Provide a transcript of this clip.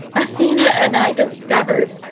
athena and i discovered.